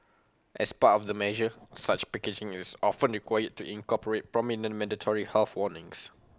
as part of the measure such packaging is often required to incorporate prominent mandatory health warnings